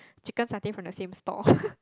chicken satay from the same stall